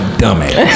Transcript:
dumbass